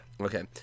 Okay